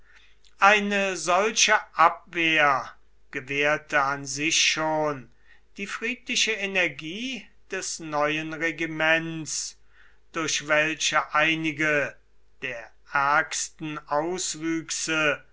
eine solche abwehr gewährte an sich schon die friedliche energie des neuen regiments durch welche einige der ärgsten auswüchse